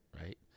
right